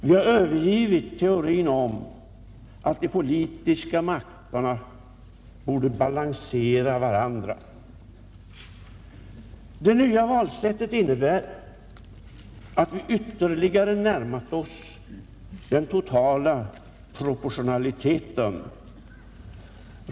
Vi har övergivit teorin om att de politiska makterna borde balansera varandra. Det nya valsättet innebär att vi ytterligare närmat oss den totala proportionaliteten.